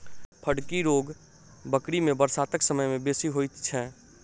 फड़की रोग बकरी मे बरसातक समय मे बेसी होइत छै